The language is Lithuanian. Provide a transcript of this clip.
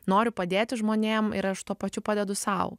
noriu padėti žmonėm ir aš tuo pačiu padedu sau